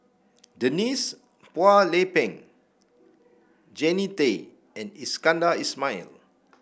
Denise Phua Lay Peng Jannie Tay and Iskandar Ismail